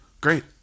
great